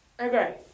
Okay